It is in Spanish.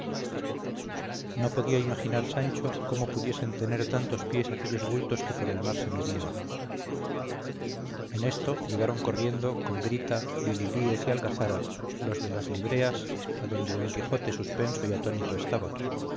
no podía imaginar sancho cómo pudiesen tener tantos pies aquellos bultos que por el mar se movían en esto llegaron corriendo con grita lililíes y algazara los de las libreas adonde don quijote suspenso y atónito estaba